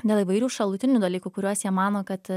dėl įvairių šalutinių dalykų kuriuos jie mano kad